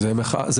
זו לא מחאה.